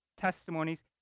testimonies